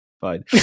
fine